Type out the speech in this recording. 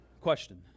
Question